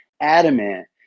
adamant